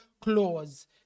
clause